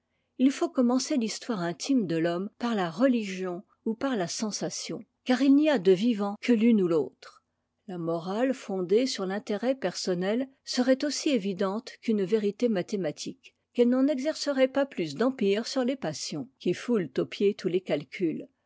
il faut commencer l'histoire intime de l'homme par la religion ou par la sensation car il n'y a de vivant que l'une ou l'autre la morale fondée sur l'intéret personnel serait aussi évidente qu'une vérité mathématique qu'elle n'en exercerait pas plus d'empire sur tes passions qui foulent aux pieds tous les calculs